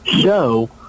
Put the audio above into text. show